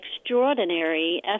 extraordinary